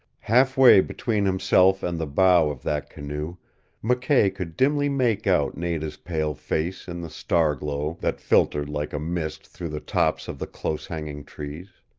half way between himself and the bow of that canoe mckay could dimly make out nada's pale face in the star glow that filtered like a mist through the tops of the close-hanging trees.